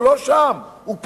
הוא לא שם, הוא פה,